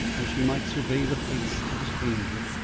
as she might survey the face of a stranger.